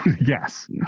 yes